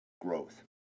growth